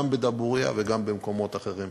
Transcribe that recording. גם בדבורייה וגם במקומות אחרים.